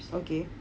okay